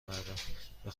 مردن، به